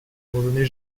revenez